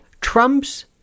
Trump's